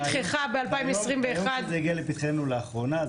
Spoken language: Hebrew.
כשזה הגיע לפתחנו לאחרונה,